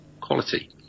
Quality